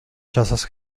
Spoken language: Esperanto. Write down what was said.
ĉasas